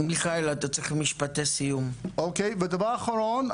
הדבר האחרון,